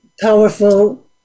powerful